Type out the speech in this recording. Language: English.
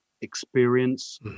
experience